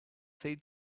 said